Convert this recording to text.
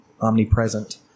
omnipresent